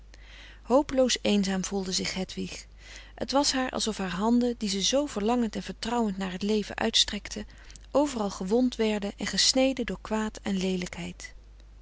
hopeloos eenzaam voelde zich hedwig het was haar alsof haar handen die ze zoo verlangend en vertrouwend naar het leven uitstrekte overal gewond werden en gesneden door kwaad en leelijkheid